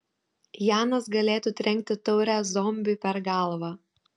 janas galėtų trenkti taure zombiui per galvą